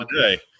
today